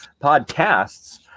podcasts